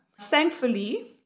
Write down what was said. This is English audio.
Thankfully